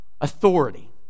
authority